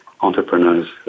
entrepreneurs